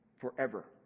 forever